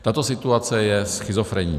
Tato situace je schizofrenní.